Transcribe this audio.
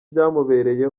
byamubereye